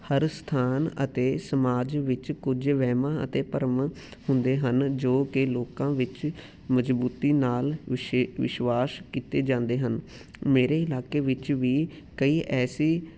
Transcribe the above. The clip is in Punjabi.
ਹਰ ਸਥਾਨ ਅਤੇ ਸਮਾਜ ਵਿੱਚ ਕੁਝ ਵਹਿਮਾਂ ਅਤੇ ਭਰਮ ਹੁੰਦੇ ਹਨ ਜੋ ਕਿ ਲੋਕਾਂ ਵਿੱਚ ਮਜਬੂਤੀ ਨਾਲ ਵਿਸ਼ੇ ਵਿਸ਼ਵਾਸ ਕੀਤੇ ਜਾਂਦੇ ਹਨ ਮੇਰੇ ਇਲਾਕੇ ਵਿੱਚ ਵੀ ਕਈ ਐਸੇ